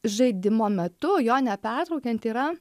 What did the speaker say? žaidimo metu jo nepertraukiant yra